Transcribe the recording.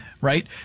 right